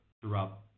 throughout